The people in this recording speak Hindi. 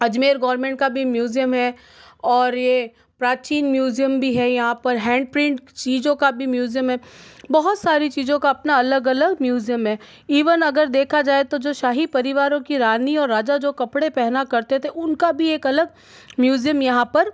अजमेर गवर्नमेंट का भी म्यूजियम है और यह प्राचीन म्यूजियम भी है यहाँ पर हैंड प्रिंट चीज़ें का भी म्यूजियम है बहुत सारी चीज़ें का अपना अलग अलग म्यूजियम है इवन अगर देखा जाए तो जो शाही परिवारों की रानी और राजा जो कपड़े पहना करते थे उनका भी एक अलग म्यूजियम यहाँ पर